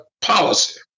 policy